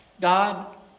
God